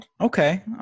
Okay